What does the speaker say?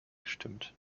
gestimmt